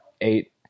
eight